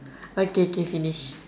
okay K finish